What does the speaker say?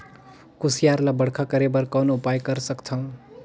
कुसियार ल बड़खा करे बर कौन उपाय कर सकथव?